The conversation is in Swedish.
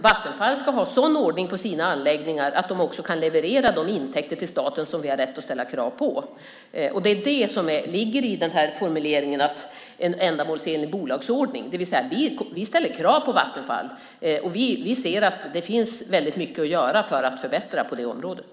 Vattenfall ska ha en sådan ordning på sina anläggningar att de också kan leverera de intäkter till staten som vi har rätt att ställa krav på. Det är detta som ligger i den här formuleringen om en ändamålsenlig bolagsordning. Vi ställer krav på Vattenfall. Vi ser att det finns väldigt mycket att göra för att förbättra på det området.